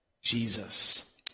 Jesus